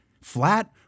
flat